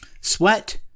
Sweat